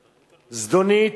זדונית.